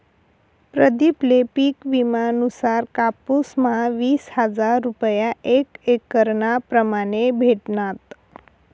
प्रदीप ले पिक विमा नुसार कापुस म्हा वीस हजार रूपया एक एकरना प्रमाणे भेटनात